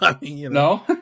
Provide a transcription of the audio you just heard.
No